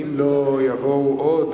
ואם לא יבואו עוד,